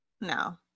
No